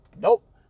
nope